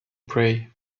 pray